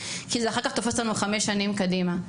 כי זה אחר כך תופס אותנו לחמש שנים קדימה.